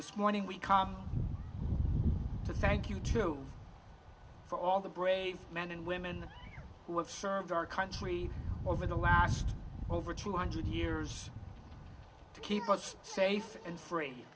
this morning we come to thank you too for all the brave men and women who have served our country over the last over two hundred years to keep us safe and free